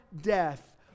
death